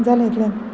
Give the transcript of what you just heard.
जालें इतलेंच